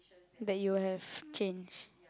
that you have changed